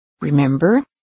Remember